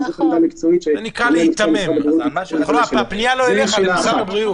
אתם מאריכים ומאריכים,